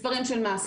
מספרים של מה?